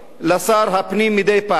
לשר הפנים מדי פעם.